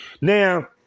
Now